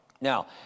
Now